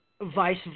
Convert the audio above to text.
vice